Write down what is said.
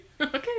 okay